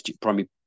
primary